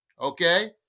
Okay